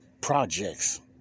projects